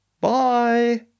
Bye